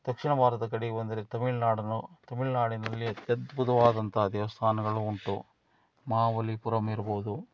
ದಕ್ಷಿಣ ಭಾರತದ ಕಡೆಗ್ ಬಂದರೆ ತಮಿಳ್ನಾಡನು ತಮಿಳ್ನಾಡಿನಲ್ಲಿ ಅತ್ಯದ್ಭುತವಾದಂಥ ದೇವಸ್ಥಾನಗಳು ಉಂಟು ಮಹಾಬಲಿಪುರಂ ಇರ್ಬೋದು